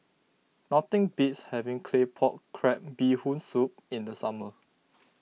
nothing beats having Claypot Crab Bee Hoon Soup in the summer